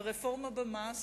ורפורמה במס?